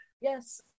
Yes